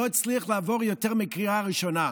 לא הצליח לעבור יותר מקריאה ראשונה.